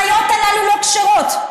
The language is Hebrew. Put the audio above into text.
החיות הללו לא כשרות.